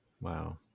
Wow